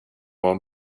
och